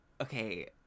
Okay